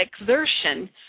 exertion